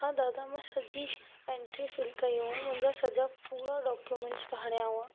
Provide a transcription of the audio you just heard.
हा दादा मां सॼी एंट्री फिल कयूं मुंहिंजा सॼा पूरा डॉक्यूमेंट्स चाड़िया हुआ